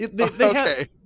Okay